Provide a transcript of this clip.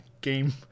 game